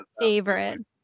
favorite